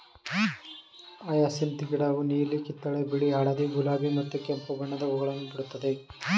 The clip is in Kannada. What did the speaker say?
ಹಯಸಿಂತ್ ಗಿಡವು ನೀಲಿ, ಕಿತ್ತಳೆ, ಬಿಳಿ, ಹಳದಿ, ಗುಲಾಬಿ ಮತ್ತು ಕೆಂಪು ಬಣ್ಣದ ಹೂಗಳನ್ನು ಬಿಡುತ್ತದೆ